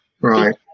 Right